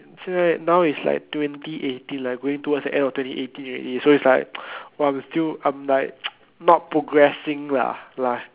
so it now it's like twenty eighteen like going towards the end of twenty eighteen already so it's like oh i'm still I'm like not progressing lah ya lor